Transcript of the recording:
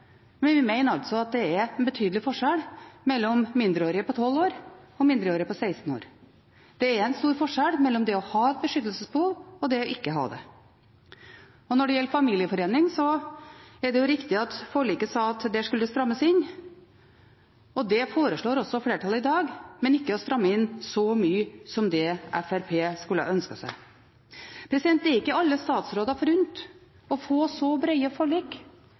at det er betydelig forskjell mellom mindreårige på 12 år og mindreårige på 16 år. Det er en stor forskjell mellom det å ha et beskyttelsesbehov og det ikke å ha det. Når det gjelder familieforening, er det riktig at en i forliket sa at der skulle det strammes inn. Det foreslår også flertallet i dag, men ikke å stramme inn så mye som det Fremskrittspartiet skulle ha ønsket seg. Det er ikke alle statsråder forunt å få så brede forlik